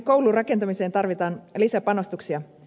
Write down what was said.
koulurakentamiseen tarvitaan lisäpanostuksia